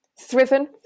Thriven